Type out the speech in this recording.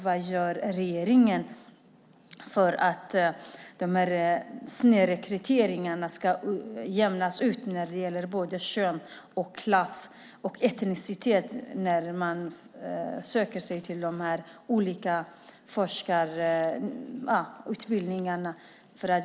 Vad gör regeringen för att snedrekryteringen ska jämnas ut när det gäller kön, klass och etnicitet när människor söker sig till de olika forskarutbildningarna?